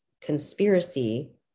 conspiracy